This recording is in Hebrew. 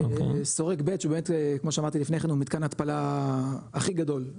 שורק ב' שבאמת כמו שאמרתי לפני כן הוא מתקן התפלה הכי גדול,